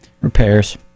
repairs